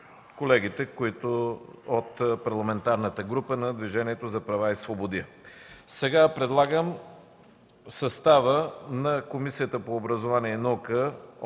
колегите от Парламентарната група на Движението за права и свободи. Предлагам съставът на Комисията по образованието и науката